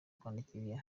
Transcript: kwandika